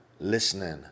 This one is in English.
listening